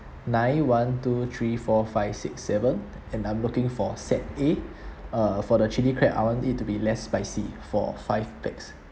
nine one two three four five six seven and I'm looking for set A uh for the chilli crab I want it to be less spicy for five pax